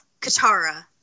Katara